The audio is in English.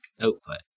output